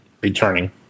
returning